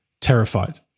terrified